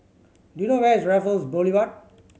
do you know where is Raffles Boulevard